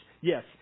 Yes